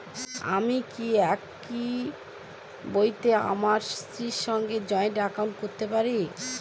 আমি কি একই বইতে আমার স্ত্রীর সঙ্গে জয়েন্ট একাউন্ট করতে পারি?